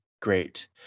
great